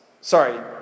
Sorry